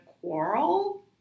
Quarrel